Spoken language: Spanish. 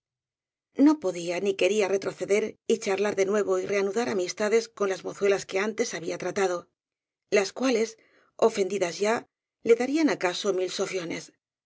no podía ni quería retroceder y charlar de nue vo y reanudar amistades con las mozuelas que antes había tratado las cuales ofendidas ya le da rían acaso mil sofiones